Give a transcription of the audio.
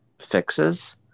fixes